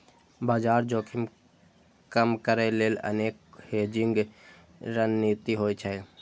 बाजार जोखिम कम करै लेल अनेक हेजिंग रणनीति होइ छै